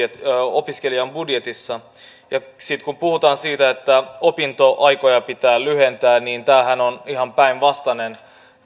opiskelijan budjetissa sitten kun puhutaan siitä että opintoaikoja pitää lyhentää niin tämä toimihan on ihan päinvastainen